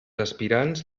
aspirants